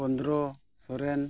ᱜᱚᱱᱫᱨᱚ Soren